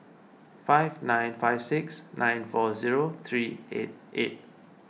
five nine five six nine four zero three eight eight